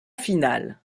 finale